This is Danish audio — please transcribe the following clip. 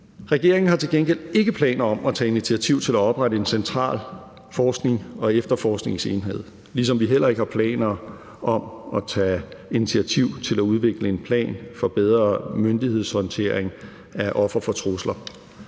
Regeringen har til gengæld ikke planer om at tage initiativ til at oprette en central forsknings- og efterforskningsenhed, ligesom vi heller ikke har planer om at tage initiativ til at udvikle en plan for bedre myndighedshåndtering af ofre for trusler.